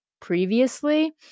previously